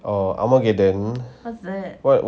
or armageddon what